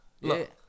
Look